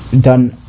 done